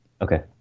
Okay